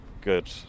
good